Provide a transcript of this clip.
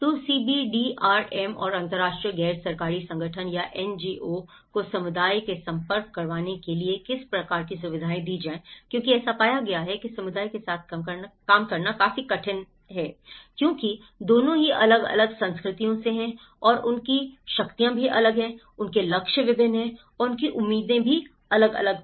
तो सीबीडीआरएम और अंतरराष्ट्रीय गैर सरकारी संगठन या एनजीओ को समुदाय से संपर्क करवाने के लिए किस प्रकार की सुविधाएं दी जाएं क्योंकि ऐसा पाया गया कि समुदाय के साथ काम करना काफी कठिन था क्योंकि दोनों ही अलग अलग संस्कृतियों से थे और उनकी शक्तियां अलग थी उनके लक्ष्य विभिन्न थे और उनकी उम्मीदें भी अलग अलग थी